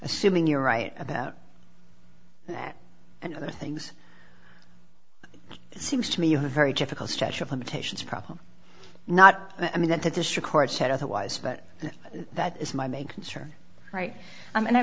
assuming you're right about that and other things it seems to me of a very difficult stretch of limitations problem not i mean that the district court said otherwise but that is my main concern right and i